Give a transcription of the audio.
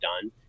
done